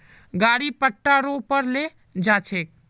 गाड़ी पट्टा रो पर ले जा छेक